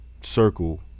circle